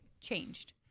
changed